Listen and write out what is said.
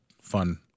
fun